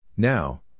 Now